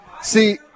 see